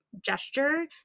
gesture